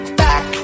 back